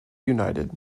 united